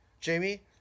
Jamie